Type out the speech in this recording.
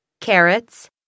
carrots